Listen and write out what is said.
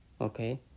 Okay